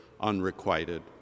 unrequited